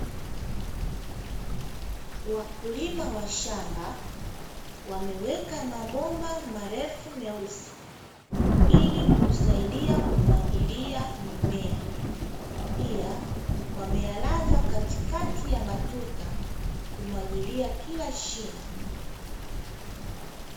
Wakulima wa shamba wameweka mabomba marefu meusi ili kusaidia kumwagilia mimea. Pia wameyalaza katikati ya matuta kumwagilia kila shina.